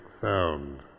sound